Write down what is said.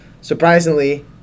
surprisingly